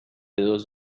dos